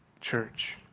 church